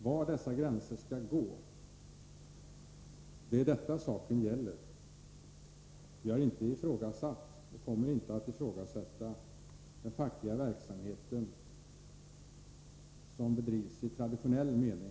Saken gäller var gränsen skall gå. Jag har inte ifrågasatt, och kommer inte att ifrågasätta, den fackliga verksamhet som bedrivs i traditionell mening.